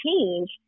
change